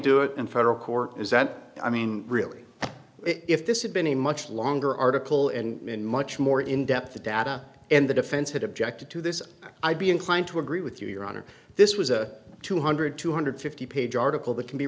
do it in federal court is that i mean really if this had been a much longer article and much more in depth the data and the defense had objected to this i'd be inclined to agree with you your honor this was a two hundred two hundred fifty page article that can be